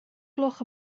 gloch